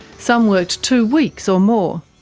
some worked two weeks or more.